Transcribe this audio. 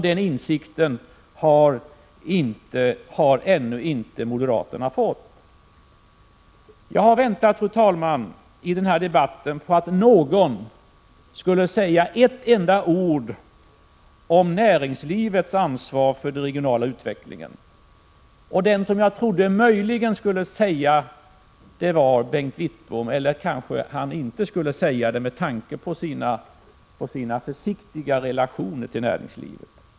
Den insikten har ännu inte moderaterna fått. Jag har väntat, fru talman, i den här debatten på att någon skulle säga ett ord om näringslivets ansvar för den regionala utvecklingen. Det hade varit intressant att höra Bengt Wittbom säga något om detta, eller kanske är det så att han avstår från det med tanke på sina försiktiga relationer till näringslivet.